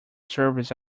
service